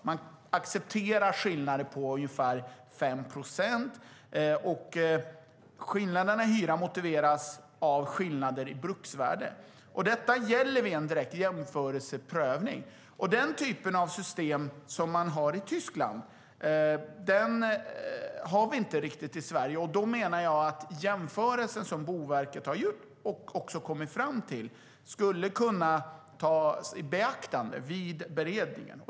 Man accepterar skillnader på ungefär 5 procent. Skillnader i hyra motiveras av skillnader i bruksvärde. Detta gäller vid en direkt jämförelseprövning. Den typ av system som man har i Tyskland har vi inte riktigt i Sverige. Därför menar jag att jämförelsen som Boverket har gjort och kommit fram till skulle kunna tas i beaktande vid beredningen.